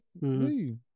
leave